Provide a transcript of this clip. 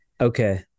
Okay